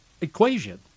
equation